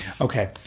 Okay